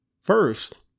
First